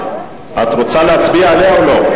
את רוצה להצביע עליה או לא?